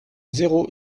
zéro